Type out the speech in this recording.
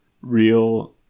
real